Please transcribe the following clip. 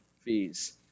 fees